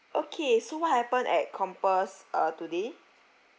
okay so what happened at compass uh today